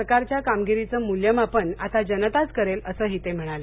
सरकारच्या कामगिरीचं मूल्यमापन आता जनताच करेल असंही ते म्हणाले